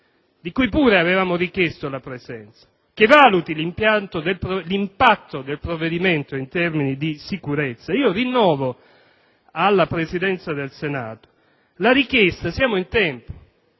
di cui pure avevamo richiesto la presenza - che valuti l'impatto del provvedimento in termini di sicurezza. Io rinnovo alla Presidenza del Senato la richiesta - siamo in tempo